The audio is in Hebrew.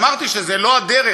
ואמרתי שזו לא הדרך,